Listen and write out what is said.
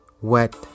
wet